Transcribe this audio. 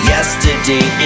Yesterday